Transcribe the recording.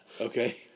Okay